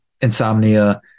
insomnia